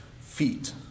feet